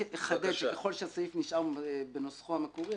אני רק אחדד שככל שהסעיף נשאר בנוסחו המקורים,